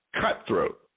cutthroat